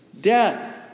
death